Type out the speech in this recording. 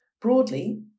Broadly